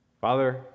Father